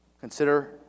Consider